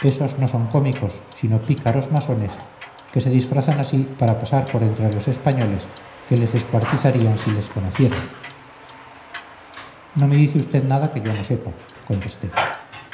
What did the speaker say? esos no son cómicos sino pícaros masones que se disfrazan así para pasar por entre los españoles que les descuartizarían si les conocieran no me dice usted nada que yo no sepa contesté